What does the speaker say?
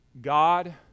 God